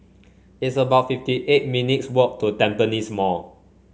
it's about fifty eight minutes' walk to Tampines Mall